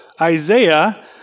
Isaiah